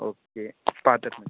okay பார்த்துக்குங்க sir